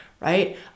right